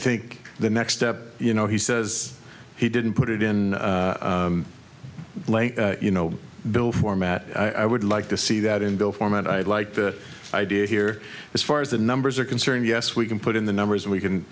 think the next step you know he says he didn't put it in late you know bill format i would like to see that in bill form and i'd like the idea here as far as the numbers are concerned yes we can put in the numbers and we can